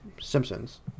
Simpsons